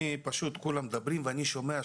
כולם מדברים ואני שומע,